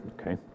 okay